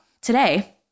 today